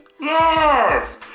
Yes